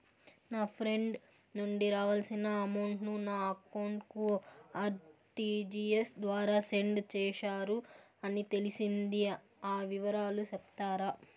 నా ఫ్రెండ్ నుండి రావాల్సిన అమౌంట్ ను నా అకౌంట్ కు ఆర్టిజియస్ ద్వారా సెండ్ చేశారు అని తెలిసింది, ఆ వివరాలు సెప్తారా?